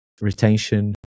retention